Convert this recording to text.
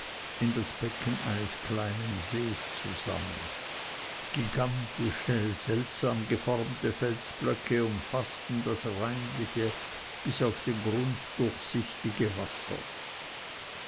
in das becken eines kleinen sees zusammen gigantische seltsam geformte felsblöcke umfaßten das reinliche bis auf den grund durchsichtige wasser